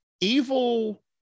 evil